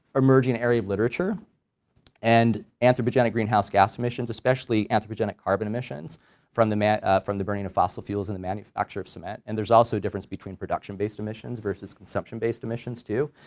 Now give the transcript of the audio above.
emerging area of literature and anthropogenic greenhouse gas emissions especially anthropogenic carbon emissions from the man, from the burning of fossil fuels and manufacturer of cement and there's also a difference between production-based emissions versus consumption-based emissions too